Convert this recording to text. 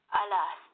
alas